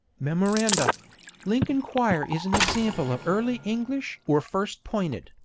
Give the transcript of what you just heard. memoranda lincoln choir is an example of early english or first pointed,